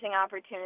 opportunity